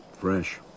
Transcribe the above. fresh